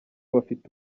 bafite